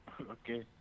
Okay